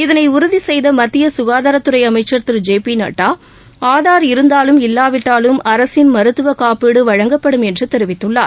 இதனை உறுதி செய்த மத்திய சுகாதாரத்துறை அமைச்சர் திரு ஜே பி நட்டா ஆதார் இருந்தாலும் இல்லாவிட்டாலும் அரசின் மருத்துவ காப்பீடு வழங்கப்படும் என்று தெரிவித்துள்ளார்